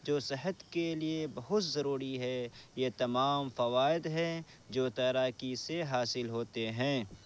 جو صحت کے لیے بہت ضروری ہے یہ تمام فوائد ہیں جو تیراکی سے حاصل ہوتے ہیں